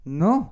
no